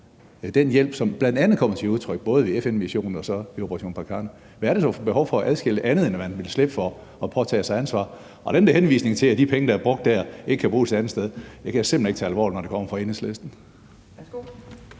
den hjælp, som bl.a. kommer til udtryk både i FN-missionen og i »Operation Barkhane«. Hvad er det for et behov for at adskille det, andet end at man vil slippe for at påtage sig et ansvar? Og den der henvisning til, at de penge, der er brugt dér, ikke kan bruges et andet sted, kan jeg simpelt hen ikke tage alvorligt, når det kommer fra Enhedslisten.